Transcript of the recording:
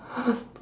one